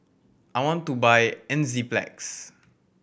I want to buy Enzyplex